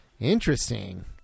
Interesting